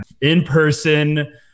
in-person